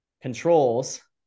controls